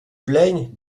plaignent